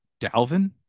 Dalvin